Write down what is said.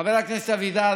חבר הכנסת אבידר,